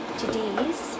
today's